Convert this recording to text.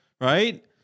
right